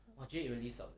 mmhmm